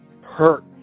hurt